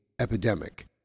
epidemic